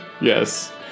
Yes